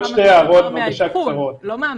אנחנו יכולים לדעת כמה זמן עבר מהאבחון, לא מהמגע.